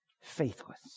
faithless